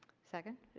second.